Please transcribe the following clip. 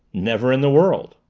never in the world.